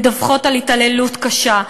מדווחות על התעללות קשה,